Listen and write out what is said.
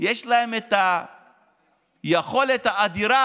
יש להם את היכולת האדירה